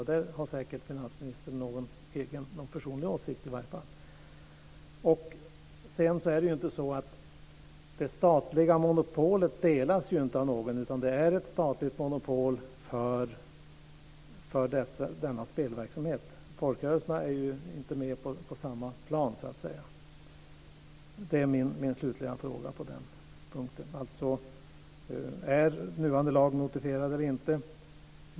Finansministern har säkert någon personlig åsikt om det i alla fall. Det statliga monopolet delas ju inte av någon. Det är ett statligt monopol för denna spelverksamhet. Folkrörelserna är ju inte med på samma plan. Mina frågor är alltså: Är nuvarande lag notifierad eller inte?